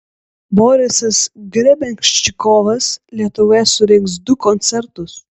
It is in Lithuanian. borisas grebenščikovas lietuvoje surengs du koncertus